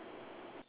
ya